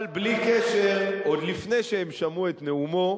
אבל בלי קשר, עוד לפני שהם שמעו את נאומו,